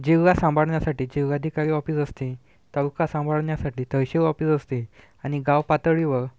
जिल्हा सांभाळण्यासाठी जिल्हा अधिकारी ऑफिस असते तालुका सांभाळण्यासाठी तहसील ऑफिस असते आणि गाव पातळीवर